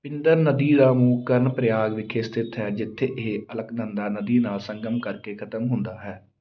ਪਿੰਦਰ ਨਦੀ ਦਾ ਮੂੰਹ ਕਰਨਪ੍ਰਯਾਗ ਵਿਖੇ ਸਥਿਤ ਹੈ ਜਿੱਥੇ ਇਹ ਅਲਕਨੰਦਾ ਨਦੀ ਨਾਲ ਸੰਗਮ ਕਰ ਕੇ ਖ਼ਤਮ ਹੁੰਦਾ ਹੈ